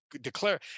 declare